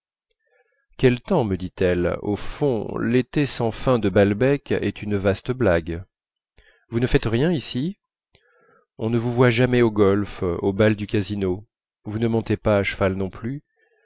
quel temps me dit-elle au fond l'été sans fin à balbec est une vaste blague vous ne faites rien ici on ne vous voit jamais au golf aux bals du casino vous ne montez pas à cheval non plus